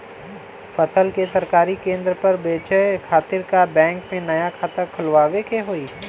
फसल के सरकारी केंद्र पर बेचय खातिर का बैंक में नया खाता खोलवावे के होई?